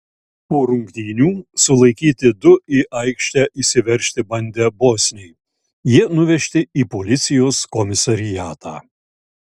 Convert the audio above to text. po rungtynių sulaikyti du į aikštę išsiveržti bandę bosniai jie nuvežti į policijos komisariatą